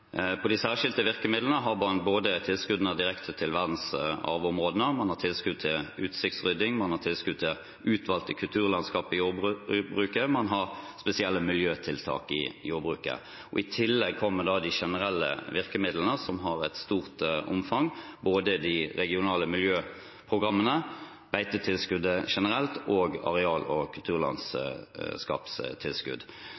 På de særskilte virkemidlene har man både tilskuddene direkte til verdensarvområdene, man har tilskudd til utsiktsrydding, man har tilskudd til utvalgte kulturlandskap i jordbruket, og man har spesielle miljøtiltak i jordbruket. I tillegg kommer de generelle virkemidlene som har et stort omfang, både de regionale miljøprogrammene, beitetilskuddet generelt og areal- og